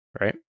right